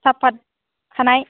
सापात खानाय